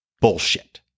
bullshit